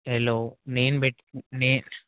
hello నేను బెట్టి నే